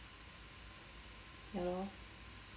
ya lor